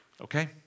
okay